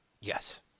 Yes